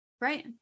Right